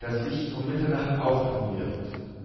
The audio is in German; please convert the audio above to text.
das sich um mitternacht auftun wird